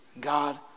God